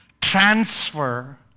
transfer